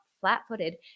flat-footed